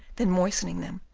then moistening them,